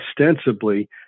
ostensibly